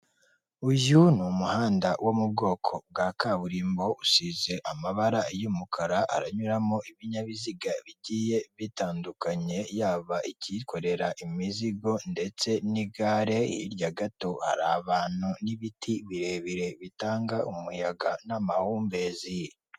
Uyu ni umuhanda wo mu bwoko bwa kaburimbo usize amabara y'umukara haranyuramo ibinyabiziga bigiye bitandukanye yaba ikikorera imizigo ndetse n'igare, hirya gato hari abantu n'ibiti birebire bitanga umuyaga n'amahumbezi.